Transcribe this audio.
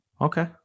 Okay